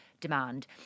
demand